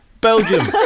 Belgium